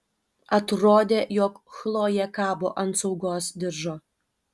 atrodė jog chlojė kabo ant saugos diržo